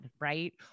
right